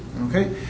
Okay